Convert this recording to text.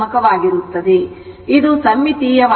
ಆದ್ದರಿಂದ ಇದು ಸಮ್ಮಿತೀಯವಾಗಿದೆ